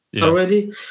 already